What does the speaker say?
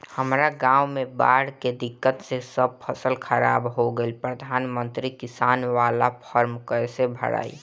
हमरा गांव मे बॉढ़ के दिक्कत से सब फसल खराब हो गईल प्रधानमंत्री किसान बाला फर्म कैसे भड़ाई?